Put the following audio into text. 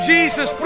Jesus